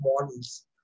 models